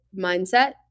mindset